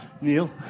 Neil